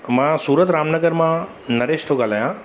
मां सूरत रामनगर मां नरेश थो ॻाल्हायां